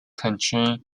country